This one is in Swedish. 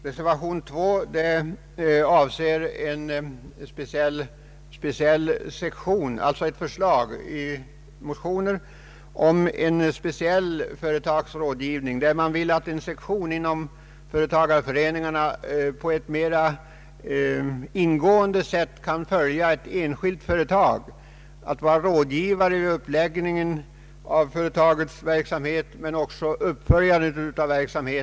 Reservation nr 2 bygger på ett motionsförslag om en speciell företagsrådgivning. Motionärer och reservanter vill att en sektion inom företagareföreningarna mer ingående än nu skall kunna följa ett särskilt företag och vara rådgivare vid uppläggningen av företagens verksamhet samt också när det gäller uppföljningen av verksamheten.